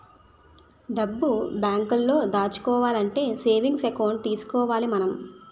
డబ్బు బేంకులో దాచుకోవాలంటే సేవింగ్స్ ఎకౌంట్ తీసుకోవాలి మనం